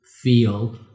feel